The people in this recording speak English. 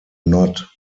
not